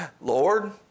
Lord